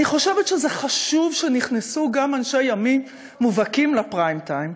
אני חושבת שזה חשוב שנכנסו גם אנשי ימין מובהקים לפריים-טיים,